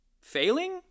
failing